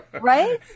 Right